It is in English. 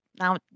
Now